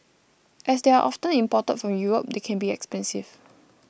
as they are often imported from Europe they can be expensive